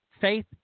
faith